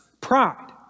pride